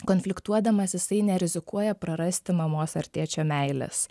konfliktuodamas jisai nerizikuoja prarasti mamos ar tėčio meilės